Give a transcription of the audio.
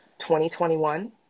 2021